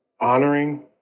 honoring